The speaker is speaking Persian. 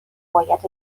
باید